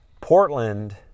portland